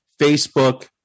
Facebook